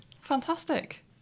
Fantastic